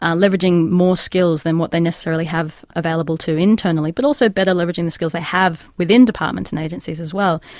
um leveraging more skills than what they necessarily have available internally, but also better leveraging the skills they have within departments and agencies as well.